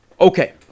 Okay